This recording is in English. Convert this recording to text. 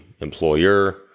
employer